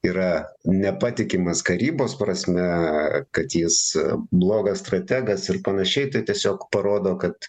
yra nepatikimas karybos prasme kad jis blogas strategas ir panašiai tai tiesiog parodo kad